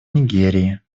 нигерии